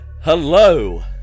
Hello